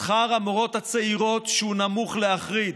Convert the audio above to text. שכר המורות הצעירות, שהוא נמוך להחריד,